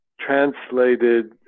translated